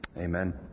amen